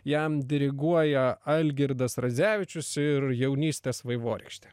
jam diriguoja algirdas radzevičius ir jaunystės vaivorykštė